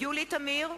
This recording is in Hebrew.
יולי תמיר,